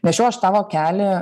nešiau aš tą vokelį